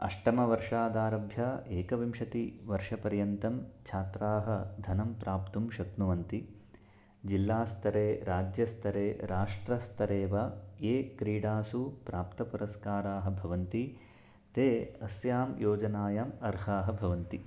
अष्टमवर्षादारभ्य एकविंशतिवर्षपर्यन्तं छात्राः धनं प्राप्तुं शक्नुवन्ति जिल्लास्तरे राज्यस्तरे राष्ट्रस्तरे वा ये क्रीडासु प्राप्तपुरस्काराः भवन्ति ते अस्यां योजनायाम् अर्हाः भवन्ति